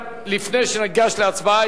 לפני שניגש להצבעה,